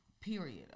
period